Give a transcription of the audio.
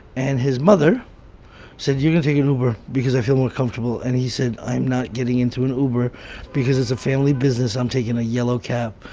and his mother said, you need to take an uber because i feel more comfortable. and he said, i'm not getting into an uber because it's a family business. i'm taking a yellow cab.